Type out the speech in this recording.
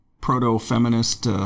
proto-feminist